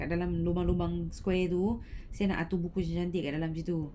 kat dalam lubang-lubang square tu saya nak atur buku cantik-cantik kat situ